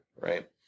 right